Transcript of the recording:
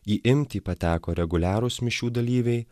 į imtį pateko reguliarūs mišių dalyviai